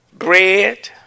Bread